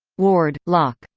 ward, lock.